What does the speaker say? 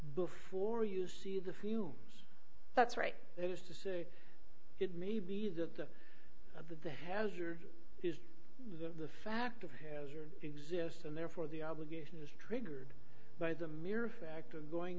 before you see the fumes that's right that is to say it may be the of the hazard is the fact of your exist and therefore the obligation is triggered by the mere fact of going